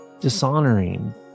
dishonoring